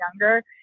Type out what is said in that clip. younger